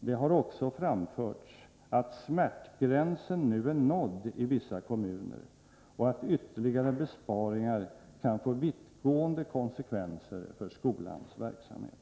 ”det har också framförts att smärtgränsen nu är nådd i vissa kommuner och att ytterligare besparingar kan få vittgående konsekvenser för skolans verksamhet”.